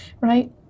right